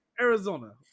Arizona